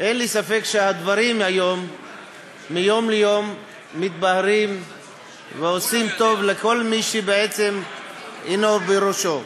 שהדברים מיום ליום מתבהרים ועושים טוב לכל מי שעיניו בראשו.